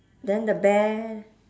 then the bear